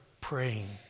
praying